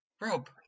Rob